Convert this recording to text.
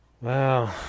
Wow